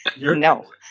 No